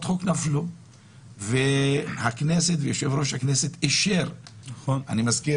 חוק נפלו והכנסת ויושב-ראש הכנסת אישרו --- אני חושב